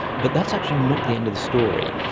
but that's actually not the end of the story.